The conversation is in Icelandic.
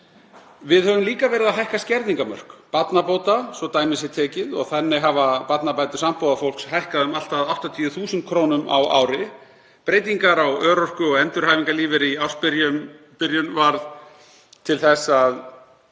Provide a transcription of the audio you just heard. Við höfum líka verið að hækka skerðingarmörk barnabóta, svo dæmi sé tekið, og þannig hafa barnabætur sambúðarfólks hækkað um allt að 80.000 kr. á ári. Breytingar á örorku- og endurhæfingarlífeyri í ársbyrjun urðu til þess að